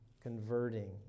converting